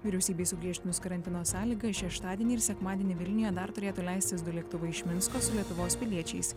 vyriausybei sugriežtinus karantino sąlygas šeštadienį ir sekmadienį vilniuje dar turėtų leistis du lėktuvai iš minsko su lietuvos piliečiais